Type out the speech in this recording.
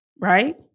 right